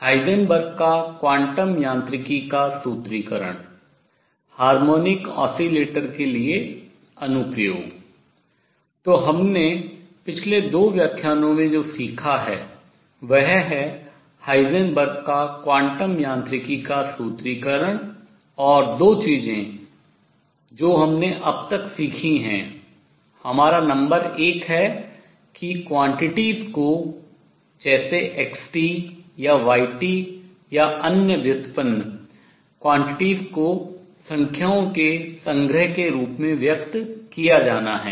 Heisenberg का quantum यांत्रिकी का सूत्रीकरण हार्मोनिक आसलेटर आवर्ती दोलक के लिए अनुप्रयोग तो हमने पिछले दो व्याख्यानों में जो सीखा है वह है हाइजेनबर्ग का क्वांटम यांत्रिकी का सूत्रीकरण और दो चीजें जो हमने अब तक सीखी हैं हमारा नंबर एक है कि quantities राशियों जैसे x या V या अन्य व्युत्पन्न quantities राशियों को संख्याओं के संग्रह के रूप में व्यक्त किया जाना है